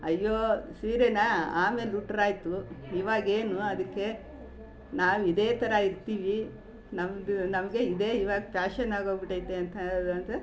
ಅಯ್ಯೋ ಸೀರೆನಾ ಆಮೇಲೆ ಉಟ್ಟರಾಯ್ತು ಇವಾಗ ಏನು ಅದಕ್ಕೆ ನಾವು ಇದೇ ಥರ ಇರ್ತೀವಿ ನಮ್ದು ನಮಗೆ ಇದೇ ಇವಾಗ ಫ್ಯಾಷನ್ ಆಗೋಗ್ಬಿಟೈತೆ ಅಂತ ಅಂತ